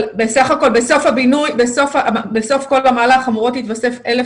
אבל בסוף כל המהלך אמורות להתווסף 1,000